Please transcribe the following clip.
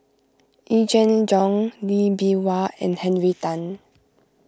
Yee Jenn Jong Lee Bee Wah and Henry Tan